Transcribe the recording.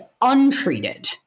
untreated